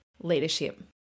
leadership